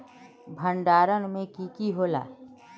भण्डारण में की की होला?